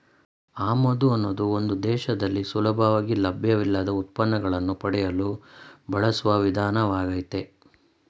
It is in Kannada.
ಆಮದು ಅನ್ನೋದು ಒಂದು ದೇಶದಲ್ಲಿ ಸುಲಭವಾಗಿ ಲಭ್ಯವಿಲ್ಲದ ಉತ್ಪನ್ನಗಳನ್ನು ಪಡೆಯಲು ಬಳಸುವ ವಿಧಾನವಾಗಯ್ತೆ